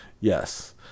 Yes